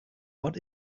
what